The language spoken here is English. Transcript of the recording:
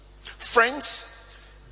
friends